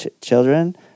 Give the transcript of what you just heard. children